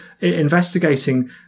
investigating